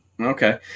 Okay